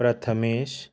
Prathamesh